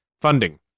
funding